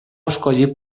escollit